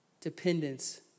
Dependence